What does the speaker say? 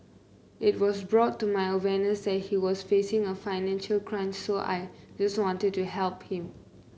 it was brought to my awareness that he was facing a financial crunch so I just wanted to help him